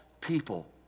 people